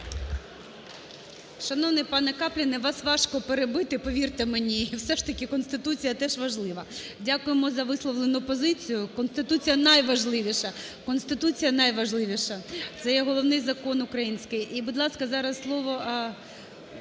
Шановний пане Каплін, вас важко перебити, повірте мені, і все ж таки Конституція теж важлива. Дякуємо за висловлену позицію. Конституція – найважливіша, Конституція – найважливіша. Це з головний закон український. І, будь ласка, зараз слово…